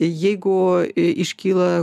jeigu iškyla